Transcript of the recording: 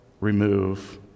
remove